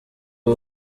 ubu